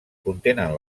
contenen